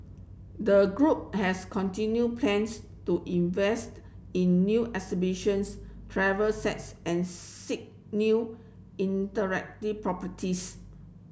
the group has continued plans to invest in new exhibitions travel sets and seek new properties